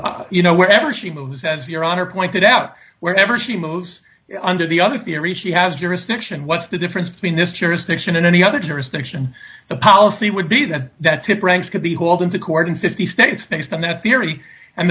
theoretically you know wherever she moves as your honor pointed out wherever she moves under the other theory she has jurisdiction what's the difference between this jurisdiction and any other jurisdiction the policy would be that that tip ranks could be hauled into court in fifty states based on that theory and